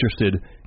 interested